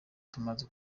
tumaze